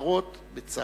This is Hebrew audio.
המובחרות בצה"ל.